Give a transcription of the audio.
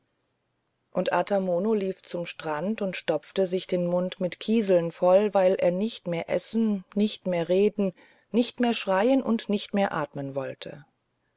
und ata mono lief zum strand und stopfte sich den mund mit kieseln voll weil er nicht mehr essen nicht mehr reden nicht mehr schreien und nicht mehr atmen wollte